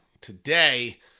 today